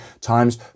times